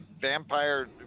vampire